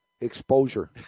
Exposure